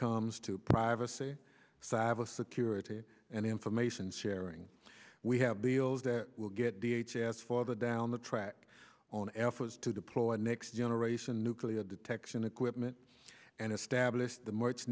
comes to privacy cyber security and information sharing we have bills that will get d h s farther down the track on efforts to deploy next generation nuclear detection equipment and establish the march